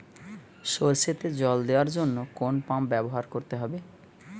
সরষেতে জল দেওয়ার জন্য কোন পাম্প ব্যবহার করতে হবে?